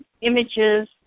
images